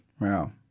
wow